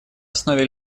основе